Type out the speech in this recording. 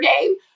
game